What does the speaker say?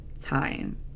time